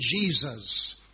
Jesus